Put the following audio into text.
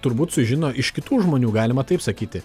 turbūt sužino iš kitų žmonių galima taip sakyti